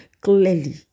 clearly